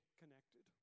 connected